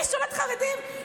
אני שונאת חרדים?